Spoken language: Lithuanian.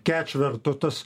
ketverto tas